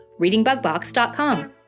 readingbugbox.com